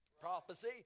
prophecy